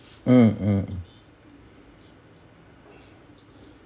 mm mm